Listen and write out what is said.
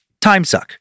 timesuck